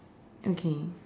okay